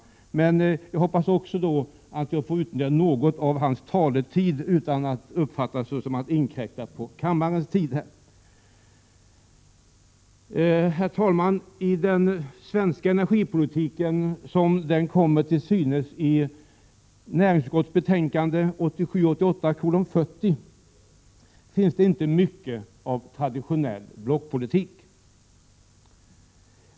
Jag hoppas då att jag kan utnyttja något av hans taletid utan att det uppfattas så att jag inkräktar på kammarens tid. Herr talman! I den svenska energipolitiken, som den kommer till synes i näringsutskottets betänkande 1987/88:40, finns det inte mycket av traditionell blockpolitik.